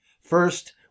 First